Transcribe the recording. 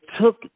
took